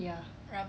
ya